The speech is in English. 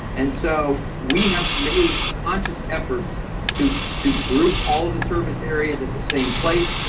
and so we have made conscious efforts to to group all of the service areas at the same place.